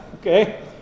Okay